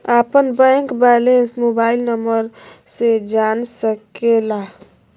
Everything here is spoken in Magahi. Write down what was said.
हमारा बैंक बैलेंस मोबाइल नंबर से जान सके ला?